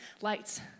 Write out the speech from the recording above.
lights